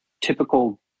typical